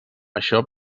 això